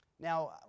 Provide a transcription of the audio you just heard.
Now